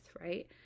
right